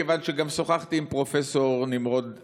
מכיוון שגם שוחחתי עם פרופ' נמרוד מימון.